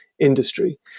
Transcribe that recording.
industry